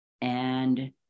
and-